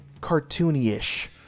cartoony-ish